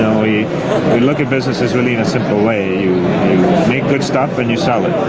we look at businesses really in a simple way. you make good stuff and you sell it.